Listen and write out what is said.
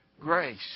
grace